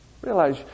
realize